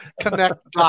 connect